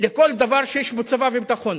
לכל דבר שיש בו צבא וביטחון.